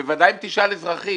ובוודאי אם תשאל אזרחים,